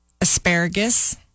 asparagus